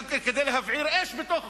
גם כן כדי להבעיר אש בתוך